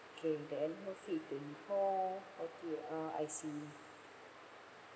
okay the annual fee is twenty four forty uh I see